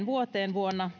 vuoteen vuonna